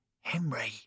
Henry